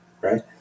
right